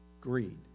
greed